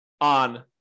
on